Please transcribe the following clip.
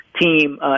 team